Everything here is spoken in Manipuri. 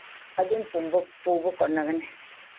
ꯑꯗꯨꯝ ꯄꯨꯕ ꯀꯣꯟꯅꯒꯅꯤ